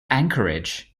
anchorage